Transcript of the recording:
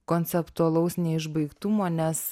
konceptualaus neišbaigtumo nes